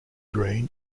green